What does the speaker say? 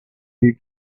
you